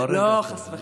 לא לצבוע בשחור.